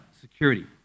security